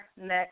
next